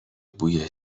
بوی